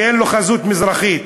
שאין לו חזות מזרחית,